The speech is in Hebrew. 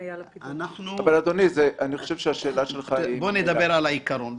בואו נדבר על העיקרון.